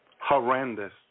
horrendous